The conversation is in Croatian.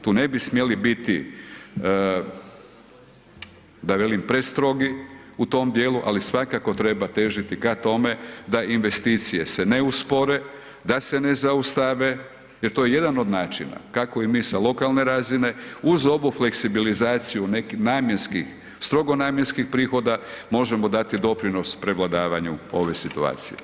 Tu ne bi smjeli biti d velim, prestrogi u tom djelu, ali svakako treba težiti ka tome da investicije se ne uspore, da se ne zaustave jer to je jedan od načina kako i mi sa lokalne razine, uz ovu fleksibilizaciju namjenskih, strogo namjenskih prihoda, možemo dati doprinos prevladavanju ove situacije.